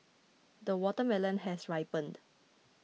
the watermelon has ripened